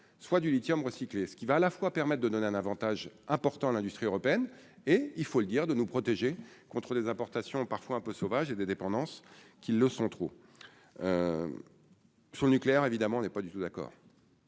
soit du lithium recycler ce qui va à la fois permette de donner un Avantage important l'industrie européenne et il faut le dire de nous protéger contre les importations, parfois un peu sauvage et des dépendances qui le sont trop sur le nucléaire, évidemment, n'est pas du tout d'accord.